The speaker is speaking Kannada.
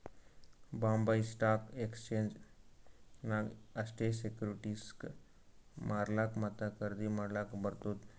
ಬಾಂಬೈ ಸ್ಟಾಕ್ ಎಕ್ಸ್ಚೇಂಜ್ ನಾಗ್ ಅಷ್ಟೇ ಸೆಕ್ಯೂರಿಟಿಸ್ಗ್ ಮಾರ್ಲಾಕ್ ಮತ್ತ ಖರ್ದಿ ಮಾಡ್ಲಕ್ ಬರ್ತುದ್